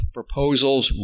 proposals